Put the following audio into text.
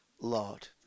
Lord